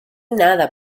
nada